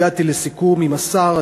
הגעתי לסיכום עם השר,